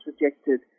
rejected